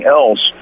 else